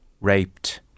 raped